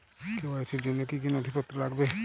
KYC র জন্য কি কি নথিপত্র লাগবে?